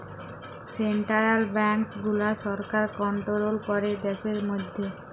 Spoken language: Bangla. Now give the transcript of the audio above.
সেনটারাল ব্যাংকস গুলা সরকার কনটোরোল ক্যরে দ্যাশের ম্যধে